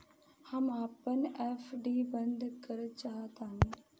हम आपन एफ.डी बंद करना चाहत बानी